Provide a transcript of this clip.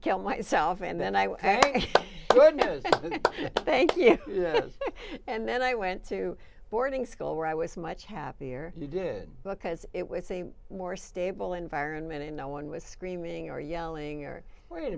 kill myself and then i was a good thank you and then i went to boarding school where i was much happier you did because it was a more stable environment and no one was screaming or yelling or wait